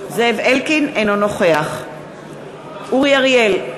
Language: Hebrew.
אינו נוכח אורי אריאל,